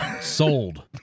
Sold